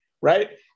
right